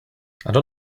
don’t